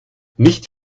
nicht